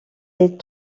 est